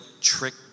trick